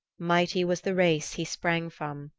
mighty was the race he sprang from,